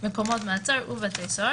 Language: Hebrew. מקומות מעצר ובתי סוהר,